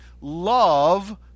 love